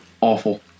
awful